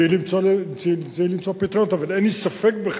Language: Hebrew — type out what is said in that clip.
צריך למצוא פתרונות, אבל אין לי ספק בכלל,